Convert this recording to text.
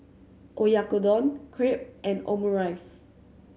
Oyakodon Crepe and Omurice